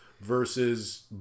versus